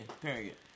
period